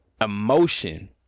emotion